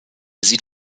sie